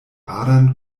adern